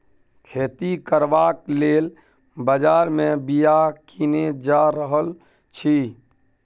खेती करबाक लेल बजार मे बीया कीने जा रहल छी